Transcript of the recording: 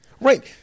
Right